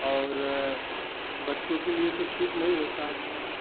और बच्चों के लिए तो ठीक नहीं होता